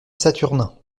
saturnin